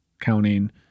counting